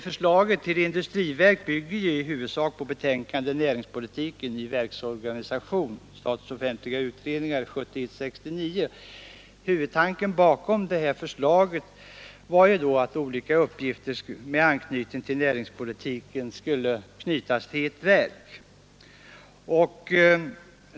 Förslaget till industriverk bygger i huvudsak på betänkandet Näringspolitiken — ny verksorganisation . Huvudtanken bakom detta förslag var att olika uppgifter med anknytning till näringspolitiken skulle föras till ett verk.